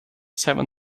seven